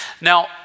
Now